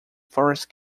forest